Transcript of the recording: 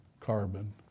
carbon